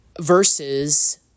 versus